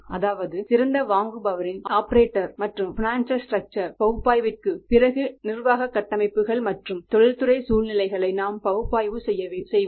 அதாவது சிறந்த வாங்குபவரின் ஆபரேட்டர் பகுப்பாய்விற்குப் பிறகு நிர்வாக கட்டமைப்புகள் மற்றும் தொழில்துறை சூழ்நிலைகளை நாம் பகுப்பாய்வு செய்வோம்